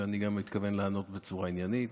ואני גם מתכוון לענות בצורה עניינית,